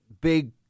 big